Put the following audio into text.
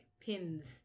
pins